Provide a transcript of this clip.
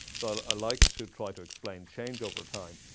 so i like to try to explain change over time.